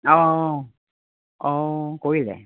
অ' অ' কৰিলে